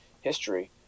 history